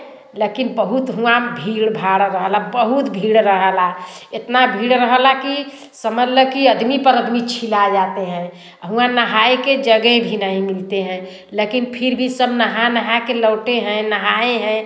लेकिन बहुत वहाँ भीड़ भाड़ वाला बहुत भीड़ रहा ला इतना भीड़ रहता कि समझ लो कि आदमी पर आदमी छिला जाते हैं और वहाँ नहाने की जगेह भी नहीं मिलते हैं लेकिन फिर भी सब नहा नहा कर लौटे हैं नहाए हैं